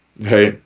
hey